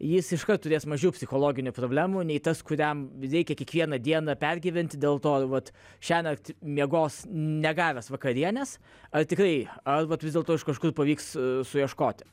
jis iškart turės mažiau psichologinių problemų nei tas kuriam reikia kiekvieną dieną pergyventi dėl to vat šiąnakt miegos negavęs vakarienės ar tikrai ar vat vis dėlto iš kažkur pavyks suieškoti